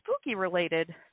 spooky-related